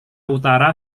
utara